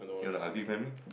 you want a ugly family